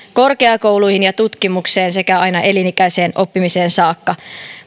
korkeakouluihin ja tutkimukseen sekä aina elinikäiseen oppimiseen saakka